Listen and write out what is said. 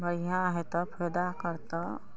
बढ़िआँ हेतौ फायदा करतौ